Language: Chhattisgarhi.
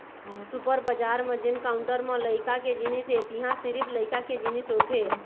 सुपर बजार म जेन काउंटर म लइका के जिनिस हे तिंहा सिरिफ लइका के जिनिस होथे